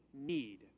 need